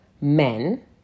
men